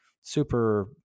super